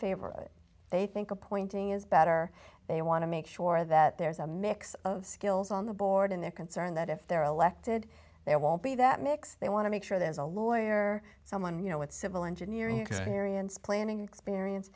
favor they think appointing is better they want to make sure that there's a mix of skills on the board and they're concerned that if they're elected they will be that mix they want to make sure there's a lawyer or someone you know with civil engineering experience planning experience